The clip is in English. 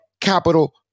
Capital